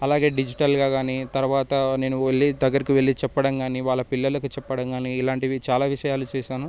అలాగే డిజిటల్గా కాని తర్వాత నేను వెళ్ళి దగ్గరకి చెప్పడం కాని వాళ్ళ పిల్లలకి చెప్పడం కానీ ఇలాంటివి చాలా విషయాలు చేశాను